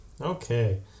okay